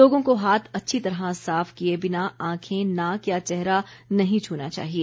लोगों को हाथ अच्छी तरह साफ किए बिना आखें नाक या चेहरा नहीं छूना चाहिए